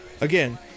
Again